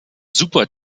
super